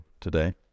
today